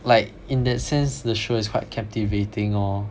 like in that sense the show is quite captivating lor